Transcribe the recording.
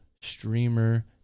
streamer